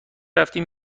رفتیم